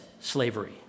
slavery